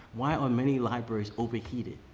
why are many libraries overheated?